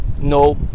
no